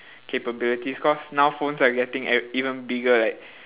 capabilities cause now phones are getting e~ even bigger like